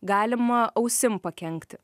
galima ausim pakenkti